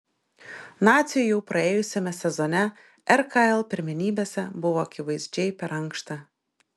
naciui jau praėjusiame sezone rkl pirmenybėse buvo akivaizdžiai per ankšta